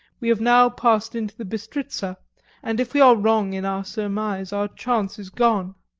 we have now passed into the bistritza and if we are wrong in our surmise our chance is gone.